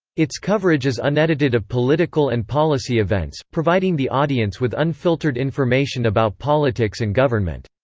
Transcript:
its coverage is unedited of political and policy events, providing the audience with unfiltered information about politics and government.